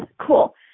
cool